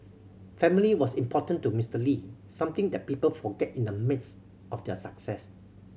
family was important to Mister Lee something that people forget in the midst of their success